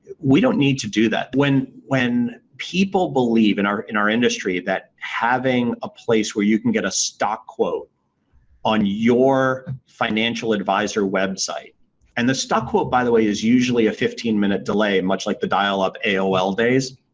we don't need to do that. when when people believe in our in our industry that having a place where you can get a stock quote on your financial advisor website and the stock quote, by the way, is usually a fifteen minute delay much like the dial-up aol days,